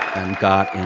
and got, and